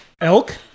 Elk